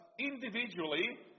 Individually